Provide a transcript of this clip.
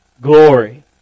glory